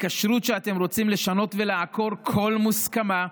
בכשרות שאתם רוצים לשנות ולעקור כל מוסכמה.